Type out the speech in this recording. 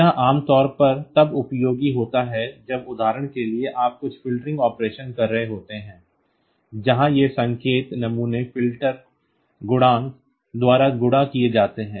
यह आम तौर पर तब उपयोगी होता है जब उदाहरण के लिए आप कुछ फ़िल्टरिंग ऑपरेशन कर रहे होते हैं जहाँ ये संकेत नमूने फ़िल्टर गुणांक द्वारा गुणा किए जाते हैं